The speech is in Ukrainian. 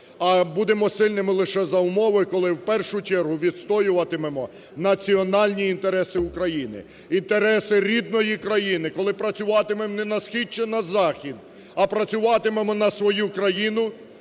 а будемо сильними лише за умови, коли в першу чергу відстоюватимемо національні інтереси України. Інтереси рідної країни, коли працюватимемо не на Схід чи на Захід, а працюватимемо на свою країну,